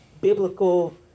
biblical